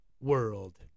World